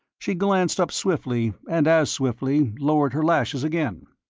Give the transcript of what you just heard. she glanced up swiftly, and as swiftly lowered her lashes again.